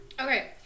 Okay